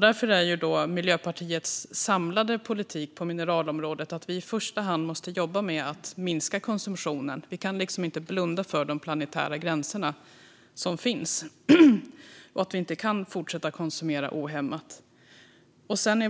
Därför är Miljöpartiets samlade politik på mineralområdet att vi i första hand måste jobba med att minska konsumtionen. Vi kan liksom inte blunda för de planetära gränser som finns. Vi kan inte fortsätta att konsumera ohämmat.